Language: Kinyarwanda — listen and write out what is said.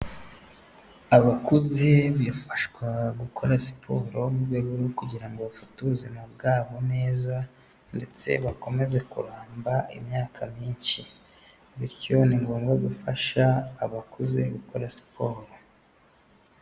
Abakuze bifashwa gukora siporo mu rwego rwo kugira ngo bafate ubuzima bwabo neza ndetse bakomeze kuramba imyaka myinshi, bityo ni ngombwa gufasha abakuze gukora siporo.